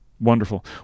Wonderful